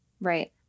right